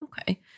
Okay